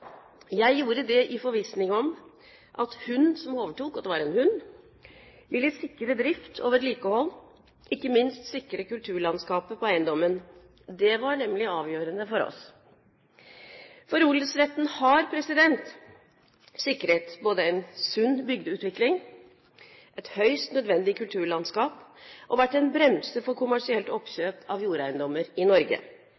Jeg gjorde det i forvissning om at hun som overtok – det var hun – ville sikre drift og vedlikehold, ikke minst sikre kulturlandskapet på eiendommen. Det var nemlig avgjørende for oss. For odelsretten har sikret både en sunn bygdeutvikling, et høyst nødvendig kulturlandskap og vært en bremse for kommersielt